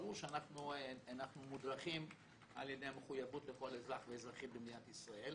ברור שאנחנו מודרכים על ידי המחויבות לכל אזרח ואזרחית במדינת ישראל,